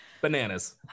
Bananas